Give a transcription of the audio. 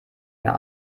mehr